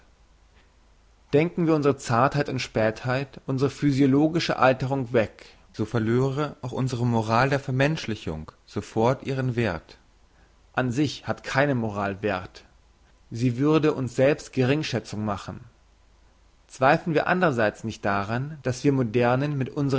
denken wir unsre zartheit und spätheit unsre physiologische alterung weg so verlöre auch unsre moral der vermenschlichung sofort ihren werth an sich hat keine moral werth sie würde uns selbst geringschätzung machen zweifeln wir andrerseits nicht daran dass wir modernen mit